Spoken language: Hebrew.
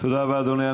תודה רבה, אדוני.